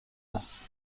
است